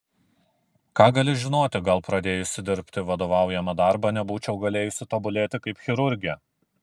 ką gali žinoti gal pradėjusi dirbti vadovaujamą darbą nebūčiau galėjusi tobulėti kaip chirurgė